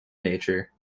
nature